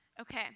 Okay